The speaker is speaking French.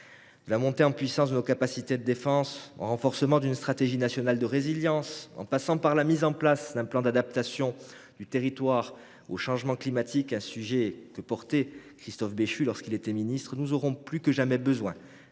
De la montée en puissance de nos capacités de défense au renforcement d’une stratégie nationale de résilience en passant par la mise en œuvre du plan d’adaptation du territoire au changement climatique – Christophe Béchu a porté ce sujet lorsqu’il était ministre –, nous aurons de plus en plus besoin